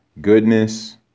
goodness